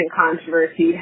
controversy